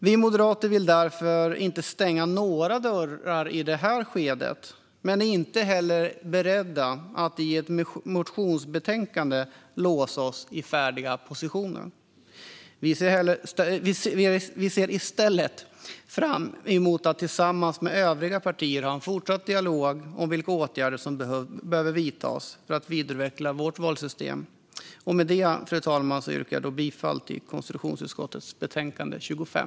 Vi moderater vill därför inte stänga några dörrar i det här skedet, men vi är inte heller beredda att i ett motionsbetänkande låsa oss i färdiga positioner. Vi ser i stället fram emot att tillsammans med övriga partier ha en fortsatt dialog om vilka åtgärder som behöver vidtas för att vidareutveckla vårt valsystem. Fru talman! Jag yrkar bifall till förslaget i konstitutionsutskottets betänkande 25.